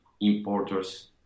importers